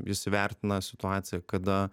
jis įvertina situaciją kada